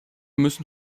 müssen